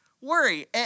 worry